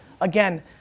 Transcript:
again